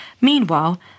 Meanwhile